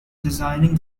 designing